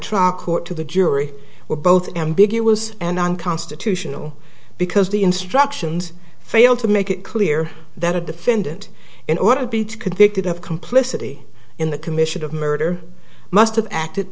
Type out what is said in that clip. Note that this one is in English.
trial court to the jury were both ambiguous and unconstitutional because the instructions fail to make it clear that a defendant in order to be to convicted of complicity in the commission of murder must have acted